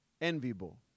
enviable